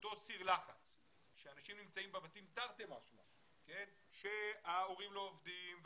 אותו סיר לחץ שאנשים נמצאים בבתים תרתי משמע ההורים לא עובדים,